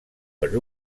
per